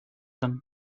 them